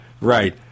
Right